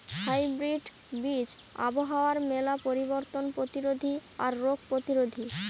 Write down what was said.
hybrid বীজ আবহাওয়ার মেলা পরিবর্তন প্রতিরোধী আর রোগ প্রতিরোধী